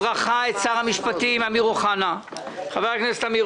אני מקדם בברכה את שר המשפטים חבר הכנסת אמיר